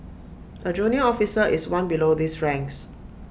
A junior officer is one below these ranks